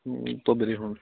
ਤੋ ਵੀਰੇ ਹੁਣ